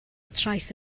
traeth